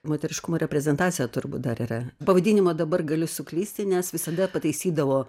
moteriškumo reprezentacija turbūt dar yra pavadinimą dabar galiu suklysti nes visada pataisydavo